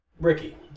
Ricky